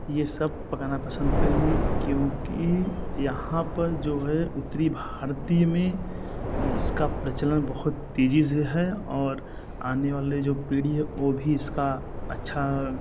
ये सब पकाना पसंद करेंगे क्योंकि यहाँ पर जो हैं उत्तर भारत में इसका प्रचलन बहुत तेज़ी से है और आने वाली जो पीढ़ी है वो भी इसका अच्छा